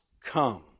come